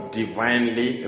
divinely